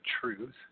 truth